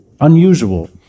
unusual